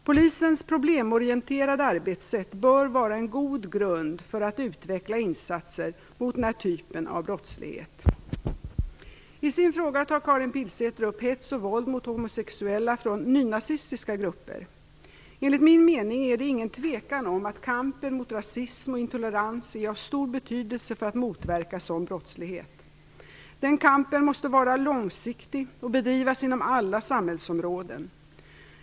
Polisens problemorienterade arbetssätt bör vara en god grund för att utveckla insatser mot denna typ av brottslighet. I sin fråga tar Karin Pilsäter upp hets och våld mot homosexuella från nynazistiska grupper. Enligt min mening är det ingen tvekan om att kampen mot rasism och intolerans är av stor betydelse för att motverka sådan brottslighet. Denna kamp måste vara långsiktig och bedrivas inom alla samhällsområden.